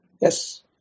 Yes